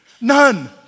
None